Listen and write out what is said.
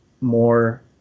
more